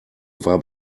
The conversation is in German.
war